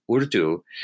Urdu